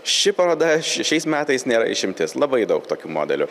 ši paroda šiais metais nėra išimtis labai daug tokių modelių